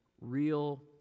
real